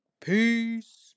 peace